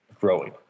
growing